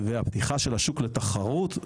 והפתיחה של השוק לתחרות,